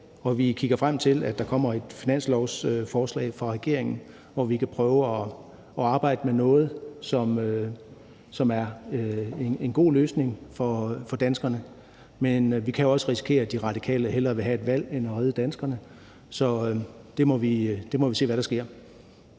og kigger frem mod, at der kommer et finanslovsforslag fra regeringen, hvor vi kan prøve at arbejde med noget, som er en god løsning for danskerne. Men vi kan også risikere, at De Radikale hellere vil have et valg end at redde danskerne, så vi må se, hvad der sker.